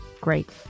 great